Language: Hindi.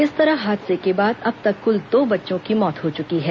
इस तरह हादसे कें बाद अब तक कुल दो बच्चों की मौत हो चुकी है